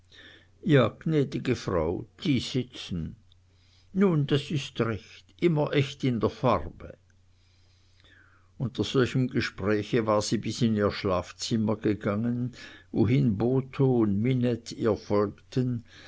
ja gnädige frau die sitzen nun das ist recht immer echt in der farbe unter solchem gespräche war sie bis in ihr schlafzimmer gegangen wohin botho und minette ihr folgten